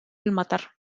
المطر